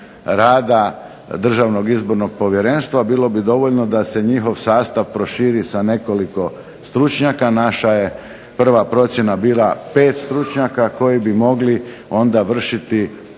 rada Državnog izbornog povjerenstva bilo bi dovoljno da se njihov sastav proširi sa nekoliko stručnjaka, naša je prva procjena bila 5 stručnjaka koji bi mogli vršiti